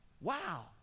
Wow